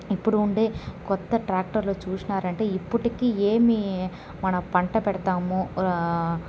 ఇప్పుడు ఉండే కొత్త ట్రాక్టర్లు చూసినారంటే ఇప్పుటికి ఏమి మనం పంట పెడతామో